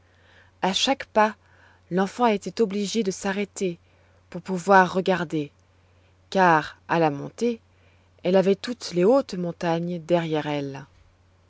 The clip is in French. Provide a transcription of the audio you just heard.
a chaque pas l'enfant était obligée de s'arrêter pour pouvoir regarder car à la montée elle avait toutes les hautes montagnes derrière elle